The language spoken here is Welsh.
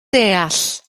deall